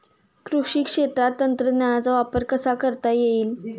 कृषी क्षेत्रात तंत्रज्ञानाचा वापर कसा करता येईल?